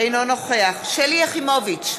אינו נוכח שלי יחימוביץ,